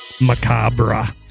macabre